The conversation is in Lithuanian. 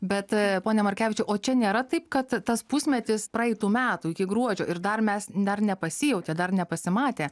bet pone markevičiau o čia nėra taip kad tas pusmetis praeitų metų iki gruodžio ir dar mes dar nepasijautė dar nepasimatė